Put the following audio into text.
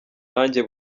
nanjye